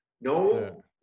No